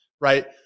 right